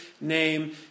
name